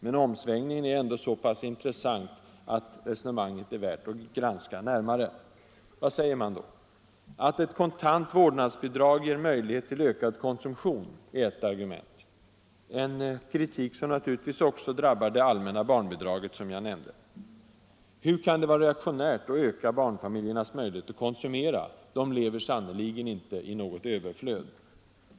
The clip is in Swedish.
Men omsvängningen är ändå så pass intressant att resonemanget är värt att granskas närmare. Vad säger man då? Att ett kontant vårdnadsbidrag ger möjlighet till ökad konsumtion, är ett argument. En kritik som naturligtvis också drabbar det allmänna barnbidraget, som jag nämnde. Hur kan det vara reaktionärt att öka barnfamiljernas möjlighet att konsumera? De lever sannerligen inte i något överflöd.